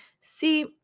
See